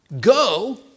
go